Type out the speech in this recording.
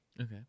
okay